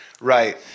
right